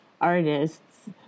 artists